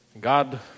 God